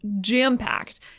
jam-packed